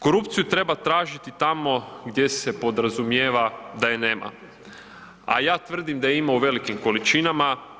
Korupciju treba tražiti tamo gdje se podrazumijeva da je nema, a ja tvrdim da je ima u velikim količinama.